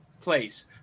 place